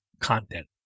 content